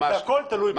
הכול תלוי בנו.